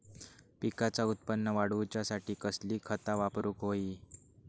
पिकाचा उत्पन वाढवूच्यासाठी कसली खता वापरूक होई?